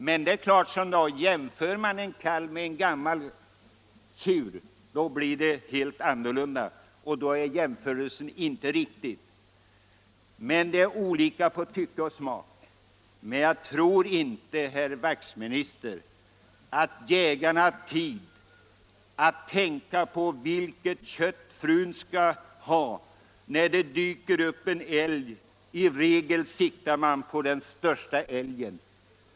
Men om man jämför en kalv med en gammal tjur, blir det helt annorlunda. Den jämförelsen är inte riktig. Det är emellertid olika på tycke och smak. Jag tror inte, herr Wachtminister, att en jägare, när det dyker upp en älg, har tid att tänka på vilket kött frun vill ha. I regel siktar man på den största älgen.